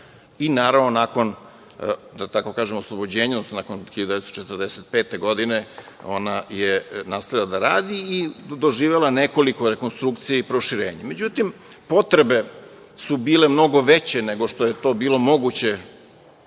sa radom i nakon, da tako kažem, oslobođenja, odnosno nakon 1945. godine, ona je nastavila da radi i doživela je nekoliko rekonstrukcija i proširenja.Međutim, potrebe su bile mnogo već koje nije bilo moguće